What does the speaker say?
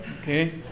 Okay